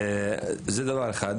זה דבר אחד.